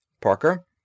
Parker